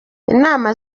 inama